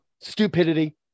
stupidity